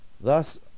Thus